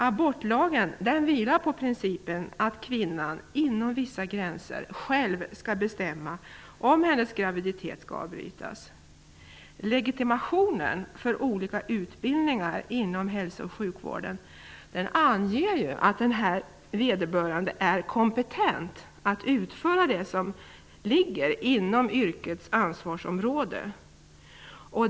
Abortlagen vilar på principen att kvinnan, inom vissa gränser, själv skall bestämma om hennes graviditet skall avbrytas. Legitimationen för olika utbildningar inom hälso och sjukvården anger att en person är kompetent att utföra det som ligger inom yrkets ansvarsområde.